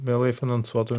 mielai finansuotų